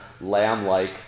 lamb-like